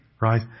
right